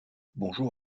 bonjour